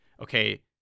okay